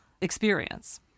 experience